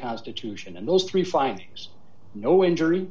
constitution and those three findings no injury